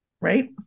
right